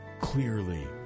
clearly